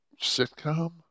sitcom